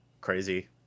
crazy